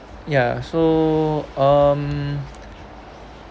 yeah so um